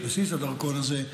על בסיס הדרכון הזה,